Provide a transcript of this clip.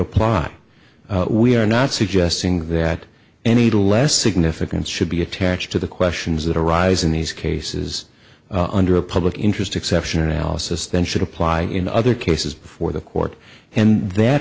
apply we are not suggesting that any less significance should be attached to the questions that arise in these cases under a public interest exception analysis then should apply in other cases before the court and that